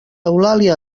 eulàlia